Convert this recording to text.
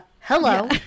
hello